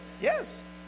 Yes